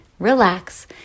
Relax